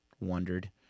wondered